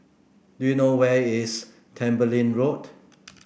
do you know where is Tembeling Road